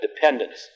dependence